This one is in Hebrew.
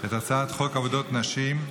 את הצעת חוק עבודת נשים.